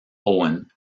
owen